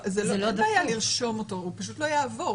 זה לא בעיה לרשום אותו, הוא פשוט לא יעבור.